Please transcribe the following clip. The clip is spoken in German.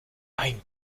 ein